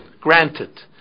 Granted